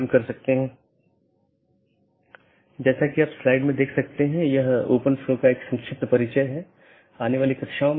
तो इस तरह से मैनाजैबिलिटी बहुत हो सकती है या स्केलेबिलिटी सुगम हो जाती है